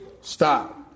Stop